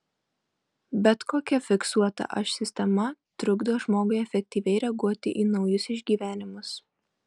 bet kokia fiksuota aš sistema trukdo žmogui efektyviai reaguoti į naujus išgyvenimus